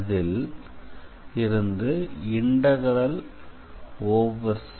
அதில் இருந்து cF